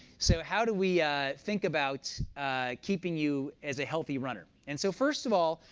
so how do we think about keeping you as a healthy runner? and so first of all,